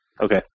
Okay